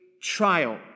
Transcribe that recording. trial